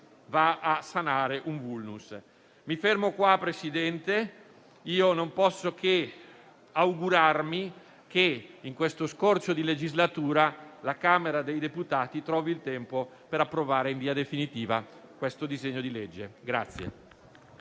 va a sanare un *vulnus*. Mi fermo qua, Presidente. Non posso che augurarmi che in questo scorcio di legislatura la Camera dei deputati trovi il tempo per approvare in via definitiva questo disegno di legge.